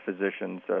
physicians